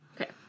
Okay